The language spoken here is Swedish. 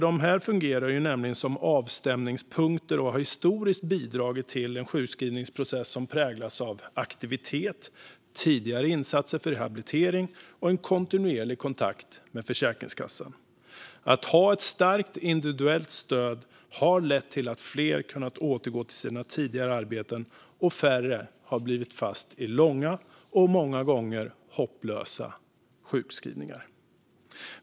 De fungerar nämligen som avstämningspunkter och har historiskt bidragit till en sjukskrivningsprocess som präglats av aktivitet, tidigare insatser för rehabilitering och en kontinuerlig kontakt med Försäkringskassan. Starkt individuellt stöd har lett till att fler kunnat återgå till sina tidigare arbeten och att färre blivit fast i långa och många gånger hopplösa sjukskrivningar.